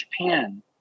Japan